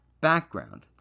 background